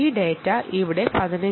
ഈ ഡാറ്റ 15